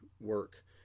work